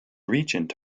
regent